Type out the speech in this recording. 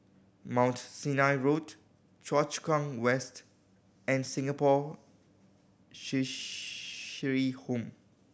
Mount Sinai Road Choa Chu Kang West and Singapore Cheshire Home